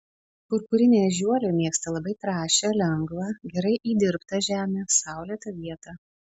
purpurinė ežiuolė mėgsta labai trąšią lengvą gerai įdirbtą žemę saulėtą vietą